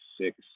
six